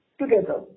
together